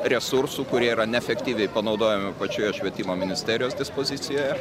resursų kurie yra neefektyviai panaudojami pačioje švietimo ministerijos dispozicijoje